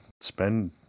spend